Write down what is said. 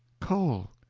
coal.